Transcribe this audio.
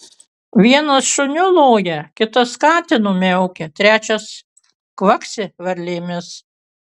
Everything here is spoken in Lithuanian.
vienas šuniu loja kitas katinu miaukia trečias kvaksi varlėmis